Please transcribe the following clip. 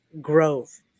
Grove